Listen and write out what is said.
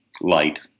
light